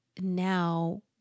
now